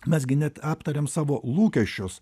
mes gi net aptarėm savo lūkesčius